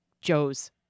Joe's